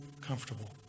comfortable